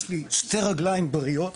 יש לי שתי רגליים בריאות,